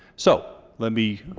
so let me,